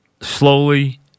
slowly